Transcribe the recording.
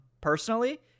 personally